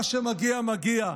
מה שמגיע, מגיע,